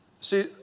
see